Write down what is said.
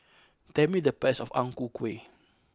tell me the price of Ang Ku Kueh